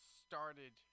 started